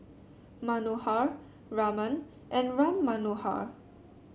Manohar Raman and Ram Manohar